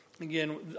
Again